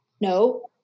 No